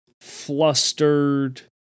flustered